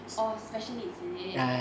orh special needs is it